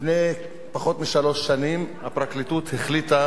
לפני פחות משלוש שנים הפרקליטות החליטה